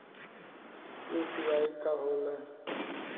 UPI का होला?